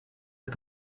est